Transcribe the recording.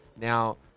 Now